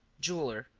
jeweler,